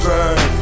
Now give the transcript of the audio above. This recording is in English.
Burn